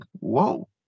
Whoa